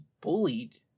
bullied